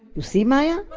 you see, maya!